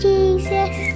Jesus